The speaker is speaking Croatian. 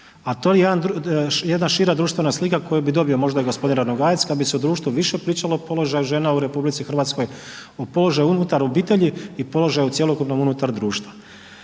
A to je jedna šira društvena slika koju bi dobio možda gospodin Ranogajac kada bi se u društvu više pričalo o položaju žena u Republici Hrvatskoj o položaju unutar obitelji i položaju cjelokupnom unutar društva.